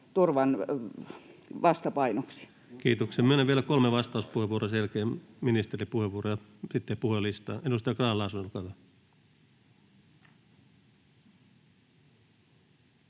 Kiitoksia. — Myönnän vielä kolme vastauspuheenvuoroa, sen jälkeen ministeripuheenvuoro, ja sitten puhujalistaan. — Edustaja Grahn-Laasonen,